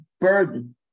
burden